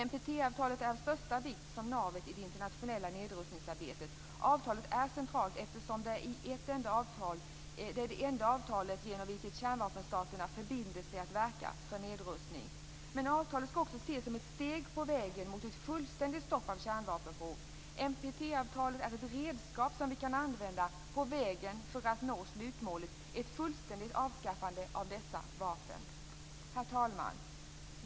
NPT-avtalet är av största vikt som navet i det internationella nedrustningsarbetet. Avtalet är centralt, eftersom det är det enda avtal genom vilket kärnvapenstaterna förbinder sig att verka för nedrustning. Men avtalet skall också ses som ett steg på vägen mot ett fullständigt stopp för kärnvapenprov. NPT-avtalet är ett redskap som vi kan använda på vägen till att nå slutmålet, ett fullständigt avskaffande av dessa vapen. Herr talman!